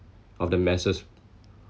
of the masses